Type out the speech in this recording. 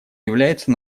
является